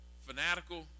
fanatical